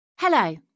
Hello